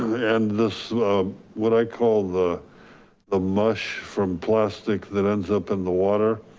and this what i call the ah mush from plastic that ends up in the water,